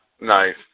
Nice